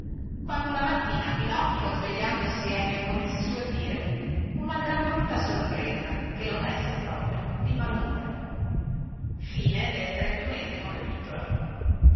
quando una mattina pinocchio svegliandosi ebbe come si suol dire una gran brutta sorpresa che lo messe proprio di malumore a